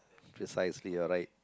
precisely you're right